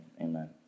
Amen